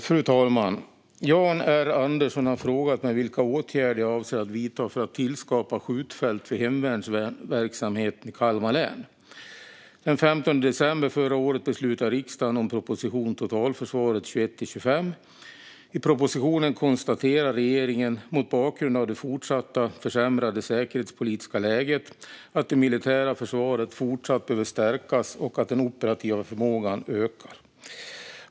Fru talman! har frågat mig vilka åtgärder jag avser att vidta för att tillskapa skjutfält för hemvärnsverksamheten i Kalmar län. Den 15 december förra året beslutade riksdagen om propositionen Totalförsvaret 2021 - 2025 . I propositionen konstaterar regeringen, mot bakgrund av det fortsatt försämrade säkerhetspolitiska läget, att det militära försvaret fortsatt behöver stärkas och den operativa förmågan öka.